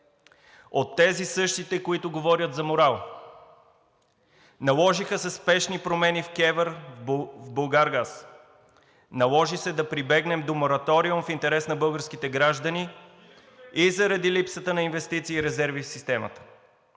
от тези същите, които говорят за морал. Наложиха се спешни промени в КЕВР, в „Булгаргаз“. Наложи се да прибегнем до мораториум в интерес на българските граждани и заради липсата на инвестиции и резерви в системата.